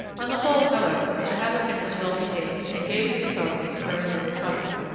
on the whole, however, the habitant was well behaved and gave the authorities very little trouble.